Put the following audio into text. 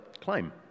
claim